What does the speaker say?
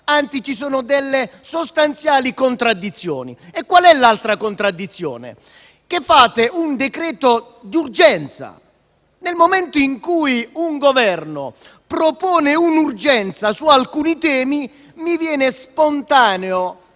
Anzi, ci sono delle sostanziali contraddizioni. E qual è l'altra contraddizione? Che fate un decreto di urgenza e nel momento in cui un Governo propone un'urgenza su alcuni temi, mi viene spontaneo